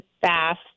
fast